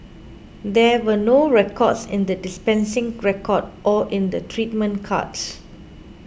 there were no records in the dispensing record or in the treatment cards